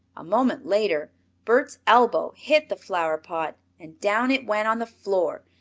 a moment later bert's elbow hit the flower-pot and down it went on the floor,